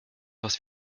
was